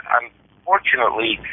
unfortunately